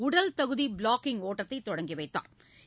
உடல் தகுதி ப்ளாகிங் ஒட்டத்தை தொடங்கி வைத்தாா்